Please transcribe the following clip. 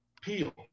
Peel